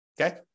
Okay